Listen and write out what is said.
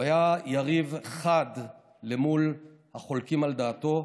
הוא היה יריב חד למול החולקים על דעתו,